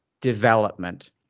development